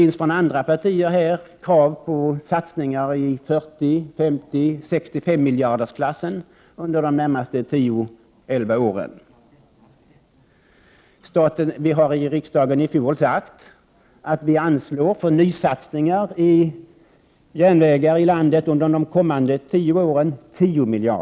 Andra partier har här ställt krav på satsningar i 40-, 50 och 65-miljardersklassen under de närmaste tio elva åren. Riksdagen sade i fjol att den anslår 10 miljarder för nysatsningar av järnvägar i landet under de kommande tio åren.